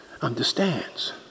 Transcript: understands